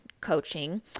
coaching